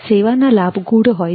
સેવાના લાભ ગુઢ હોય છે